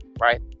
Right